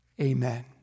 amen